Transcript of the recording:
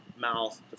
mouth